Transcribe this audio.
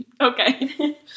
Okay